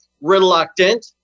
reluctant